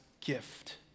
gift